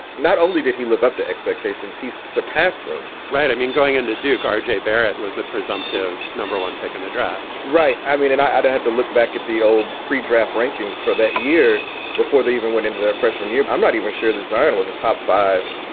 not only did he live up to expectations, he surpassed them right. i mean, going into duke, rj barrett was the presumptive number one pick in the draft right. i mean, and i don't have to look back at the old pre-draft rankings for that year before they even went into their freshman year. i'm not even sure that zion was a top five,